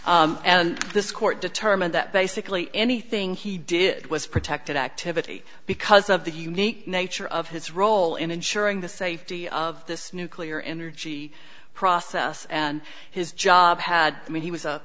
and this court determined that basically anything he did was protected activity because of the unique nature of his role in ensuring the safety of this nuclear energy process and his job had i mean he was